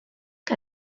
que